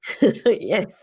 Yes